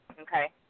okay